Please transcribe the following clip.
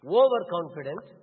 overconfident